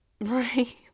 right